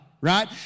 Right